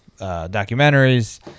documentaries